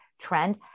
trend